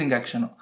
action